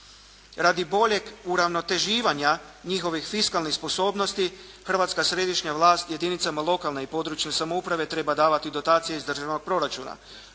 Radi boljeg uravnoteživanja njihovih fiskalnih sposobnosti hrvatska središnja vlast jedinicama lokalne i područne samouprave treba davati dotacije iz državnog proračuna.